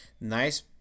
nice